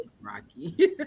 Rocky